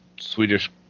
Swedish